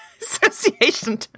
association